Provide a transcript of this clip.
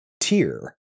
tier